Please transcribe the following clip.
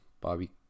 bobby